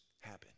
happen